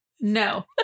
no